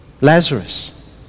Lazarus